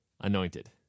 anointed